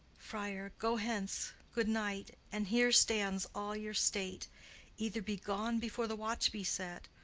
friar. go hence good night and here stands all your state either be gone before the watch be set,